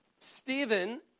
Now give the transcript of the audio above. Stephen